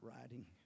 writing